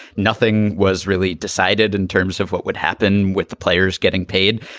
nothing was really decided in terms of what would happen with the players getting paid.